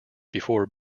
before